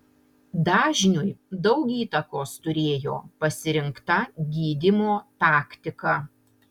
dažniui daug įtakos turėjo pasirinkta gydymo taktika